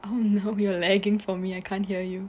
oh no we're lagging for me I can't hear you